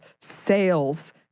sales